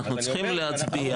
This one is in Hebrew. אנחנו צריכים להצביע.